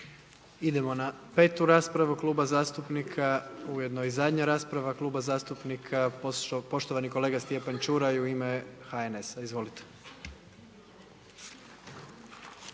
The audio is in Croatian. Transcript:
Idemo na petu raspravu kluba zastupnika, ujedno i zadnja rasprava, klub zastupnika, poštovani kolega Stjepan Čuraj, u ime HNS-a. Izvolite.